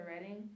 Reading